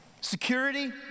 security